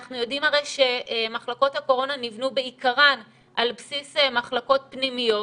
אנחנו יודעים הרי שמחלקות הקורונה נבנו בעיקרן על בסיס מחלקות פנימיות,